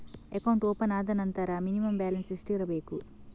Account open ಆದ ನಂತರ minimum balance ಎಷ್ಟಿರಬೇಕು?